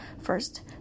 First